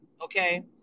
okay